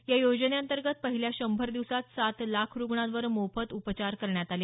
या योजनेअंतर्गत पहिल्या शंभर दिवसात सात लाख रुग्णांवर मोफत उपचार करण्यात आले